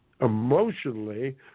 emotionally